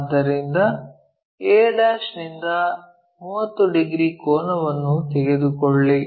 ಆದ್ದರಿಂದ a ನಿಂದ 30 degree ಕೋನವನ್ನು ತೆಗೆದುಕೊಳ್ಳಿ